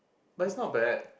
but it's not bad